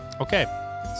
Okay